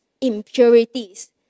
impurities